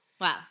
Wow